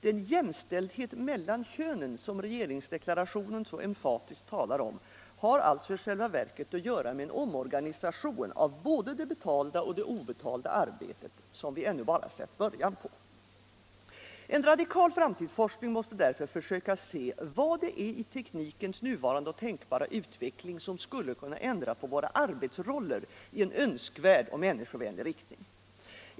Den jämställdhet mellan könen som regeringsdeklarationen så emfatiskt talar om har alltså i själva verket att göra med en omorganisation av både det betalda och det obetalda arbetet som vi ännu bara sett början på. En radikal framtidsforskning måste därför försöka se vad det är i teknikens nuvarande och tänkbara utveckling som skulle kunna ändra på våra arbetsroller i en önskvärd och människovänlig riktning.